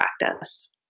practice